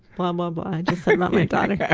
blah blah blah i just said about my daughter.